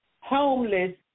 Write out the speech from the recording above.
homeless